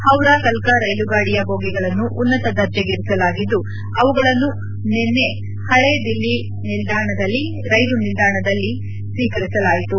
ಹೌರಾ ಕಲ್ಕಾ ರೈಲು ಗಾಡಿಯ ಬೋಗಿಗಳನ್ನು ಉನ್ನತ ದರ್ಜೆಗೇರಿಸಲಾಗಿದ್ದು ಅವುಗಳನ್ನು ನಿನ್ನೆ ಹಳೇ ದಿಲ್ಲಿ ರೈಲು ನಿಲ್ದಾಣದಲ್ಲಿ ಸ್ವೀಕರಿಸಲಾಯಿತು